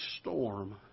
storm